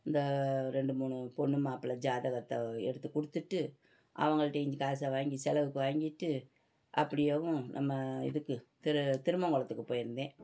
இந்த ரெண்டு மூணு பொண்ணு மாப்பிளை ஜாதகத்தை எடுத்து கொடுத்துட்டு அவங்கள்ட்டையும் காசை வாங்கி செலவுக்கு வாங்கிட்டு அப்படியேவும் நம்ம இதுக்கு திரு திருமங்களத்துக்கு போயிருந்தேன்